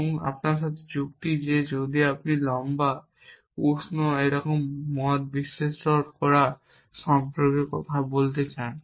এবং তাদের সাথে যুক্তি যে যদি আপনি লম্বা উষ্ণ এরকম মত বৈশিষ্ট্য সম্পর্কে কথা বলতে চান